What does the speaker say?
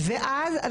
ואז,